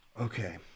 Okay